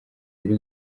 yari